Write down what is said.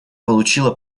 получило